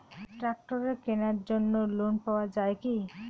ট্রাক্টরের কেনার জন্য লোন পাওয়া যায় কি?